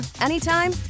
anytime